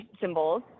symbols